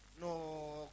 No